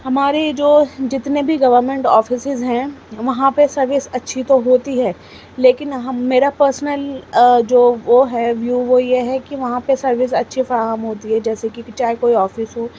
ہمارے جو جتنے بھی گورنمینٹ آفسیز ہیں وہاں پہ سروس اچھی تو ہوتی ہے لیکن ہم میرا پرنسل جو وہ ہے ویوو وہ یہ ہے کہ وہاں پہ سروس اچھی فراہم ہوتی ہے جیسے کہ چاہے کوئی آفس ہو